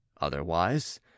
otherwise